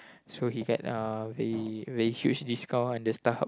so he get uh very very huge discount under StarHub